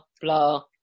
blah